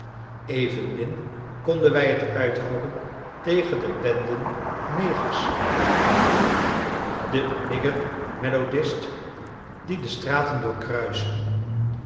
evenmin konden wij het uithouden tegen de benden negers muzikanten de nigger melodist die de straten doorkruisen